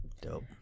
Dope